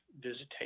visitation